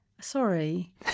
Sorry